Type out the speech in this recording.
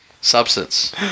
Substance